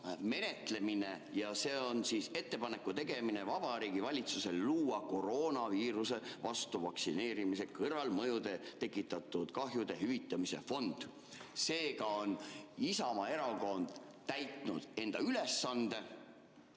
menetlemine ja see on ettepaneku tegemine Vabariigi Valitsusele luua koroonaviiruse vastu vaktsineerimise kõrvalmõjudest tekitatud kahjude hüvitamise fond. Seega on Isamaa Erakond enda ülesande